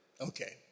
Okay